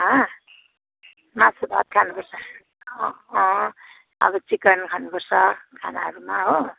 हँ मासुभात खानु पर्छ अँ अँ अब चिकन खानुपर्छ खानाहरूमा हो